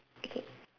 okay